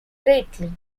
greatly